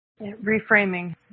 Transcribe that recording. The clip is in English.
Reframing